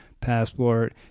passport